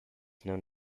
known